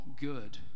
good